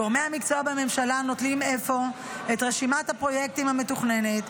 גורמי המקצוע בממשלה נוטלים אפוא את רשימת הפרויקטים המתוכננת,